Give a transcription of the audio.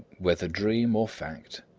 whether dream or fact,